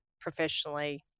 professionally